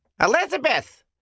Elizabeth